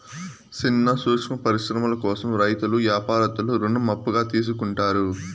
సిన్న సూక్ష్మ పరిశ్రమల కోసం రైతులు యాపారత్తులు రుణం అప్పుగా తీసుకుంటారు